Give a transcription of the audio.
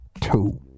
two